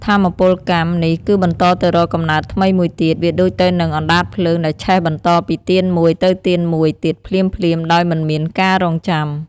ថាមពលកម្មនេះគឺបន្តទៅរកកំណើតថ្មីមួយទៀត វាដូចទៅនឹងអណ្ដាតភ្លើងដែលឆេះបន្តពីទៀនមួយទៅទៀនមួយទៀតភ្លាមៗ ដោយមិនមានការរង់ចាំ។